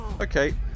Okay